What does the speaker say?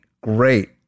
great